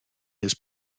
his